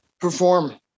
perform